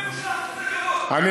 חסרי בושה, חסרי כבוד.